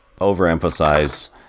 overemphasize